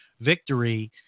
victory